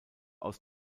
aus